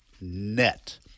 net